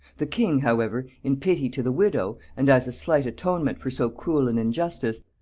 the king however, in pity to the widow, and as a slight atonement for so cruel an injustice,